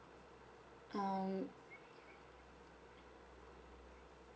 um